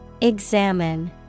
Examine